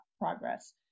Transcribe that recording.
progress